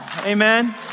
Amen